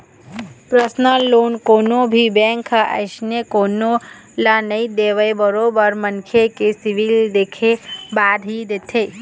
personal loan कोनो भी bank ह अइसने कोनो ल नइ देवय बरोबर ओ मनखे के सिविल देखे के बाद ही देथे